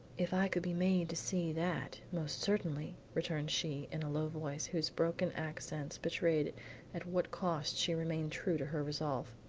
if i could be made to see that, most certainly, returned she in a low voice whose broken accents betrayed at what cost she remained true to her resolve.